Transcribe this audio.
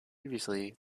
previously